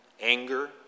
anger